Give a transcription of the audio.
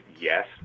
yes